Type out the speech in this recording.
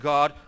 God